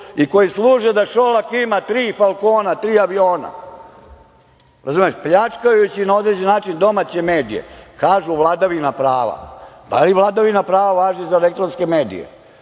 i koji služe da Šolak ima tri falkona, tri aviona, pljačkajući na određeni način domaće medije. Kažu – vladavina prava. Da li vladavina prva važi za elektronske medije